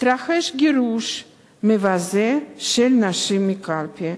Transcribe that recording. התרחש גירוש מבזה של נשים מהקלפי.